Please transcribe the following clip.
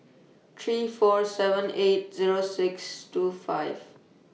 three four seven eight Zero six two five